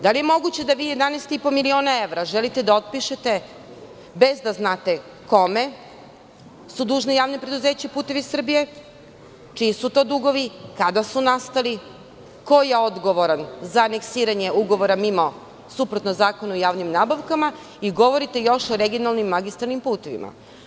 Da li je moguće da vi 11,5 miliona evra želite da otpišete bez da znate kome je dužno Javno preduzeće "Putevi Srbije", čiji su to dugovi, kada su nastali, ko je odgovoran za aneksiranje ugovora mimo Zakona o javnim nabavkama i govorite još o regionalnim magistralnim putevima.